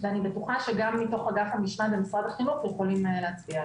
ואני בטוחה שגם מתוך אגף המשמעת במשרד החינוך יכולים להצביע על כך.